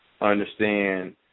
understand